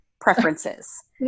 preferences